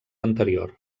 anterior